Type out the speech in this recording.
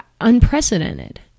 unprecedented